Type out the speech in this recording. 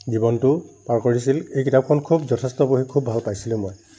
জীৱনটো পাৰ কৰিছিল এই কিতাপখন খুব যথেষ্ট পঢ়ি খুব ভাল পাইছিলোঁ মই